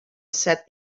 said